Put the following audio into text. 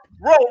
Bro